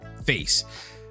face